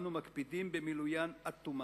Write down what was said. שאנו מקפידים במילוין עד תומן.